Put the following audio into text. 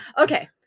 Okay